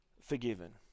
forgiven